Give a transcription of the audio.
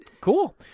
Cool